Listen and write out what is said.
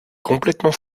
complètement